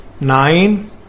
nine